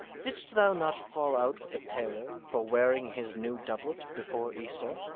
didst thou not fall out with a tailor for wearing his new doublet before easter?